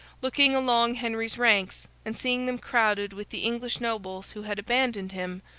looking along henry's ranks, and seeing them crowded with the english nobles who had abandoned him,